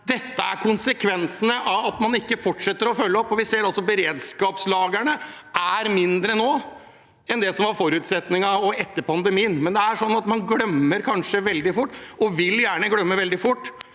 Det er konsekvensen av at man ikke fortsetter å følge opp. Vi ser også at beredskapslagrene er mindre nå enn det som var forutsetningen også etter pandemien. Man glemmer kanskje veldig fort, og vil gjerne glemme veldig fort,